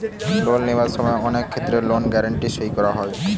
loan লিবার সময় অনেক ক্ষেত্রে লোন গ্যারান্টি সই করা হয়